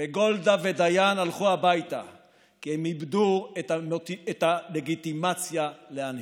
וגולדה ודיין הלכו הביתה כי הם איבדו את הלגיטימציה להנהיג.